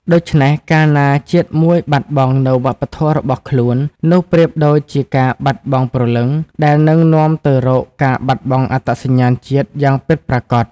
ដូច្នេះ កាលណាជាតិមួយបាត់បង់នូវវប្បធម៌របស់ខ្លួន នោះប្រៀបដូចជាការបាត់បង់ព្រលឹង ដែលនឹងនាំទៅរកការបាត់បង់អត្តសញ្ញាណជាតិយ៉ាងពិតប្រាកដ។